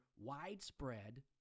widespread